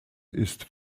ist